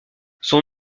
son